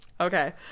Okay